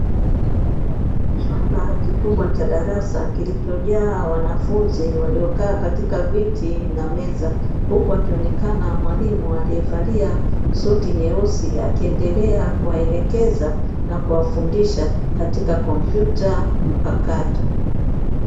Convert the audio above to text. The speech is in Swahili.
Katika chumba cha darasa kilichojaa wanafunzi waliokaa katika viti na meza, huku akionekana mwalimu aliyevaa suti nyeusi, akiendelea kuwaelekeza na kuwafundisha katika kompyuta mpakato."